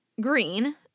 Green